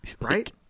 Right